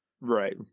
right